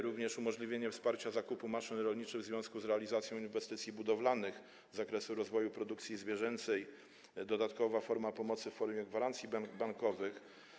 Również umożliwienie wsparcia zakupu maszyn rolniczych w związku z realizacją inwestycji budowlanych z zakresu rozwoju produkcji zwierzęcej, dodatkowa forma pomocy w formie gwarancji bankowych.